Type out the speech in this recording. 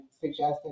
suggested